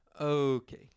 okay